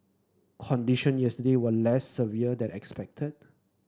condition yesterday were less severe than expected